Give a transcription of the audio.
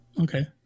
Okay